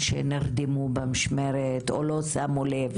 מקרה של "נרדמו במשמרת" או לא שמו לב,